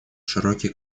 широкие